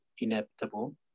inevitable